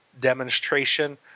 demonstration